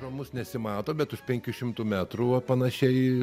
pro mus nesimato bet už penkių šimtų metrų panašiai